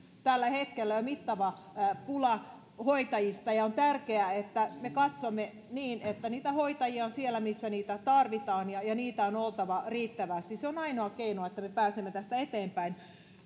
tällä hetkellä jo mittava pula hoitajista ja on tärkeää että me katsomme niin että hoitajia on siellä missä heitä tarvitaan ja ja heitä on oltava riittävästi se on ainoa keino että me pääsemme tästä eteenpäin